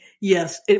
Yes